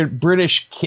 british